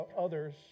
others